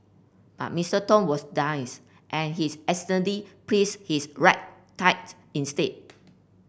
but Mister Tong was and he is accidentally praise his right tight instead